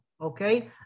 okay